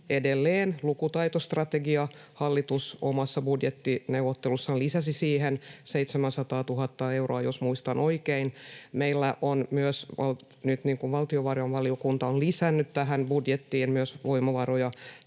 edelleen lukutaitostrategia. Hallitus omissa budjettineuvotteluissaan lisäsi siihen 700 000 euroa, jos muistan oikein. Valtiovarainvaliokunta on lisännyt tähän budjettiin voimavaroja